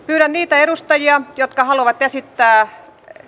pyydän niitä edustajia jotka haluavat esittää